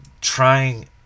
trying